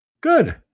good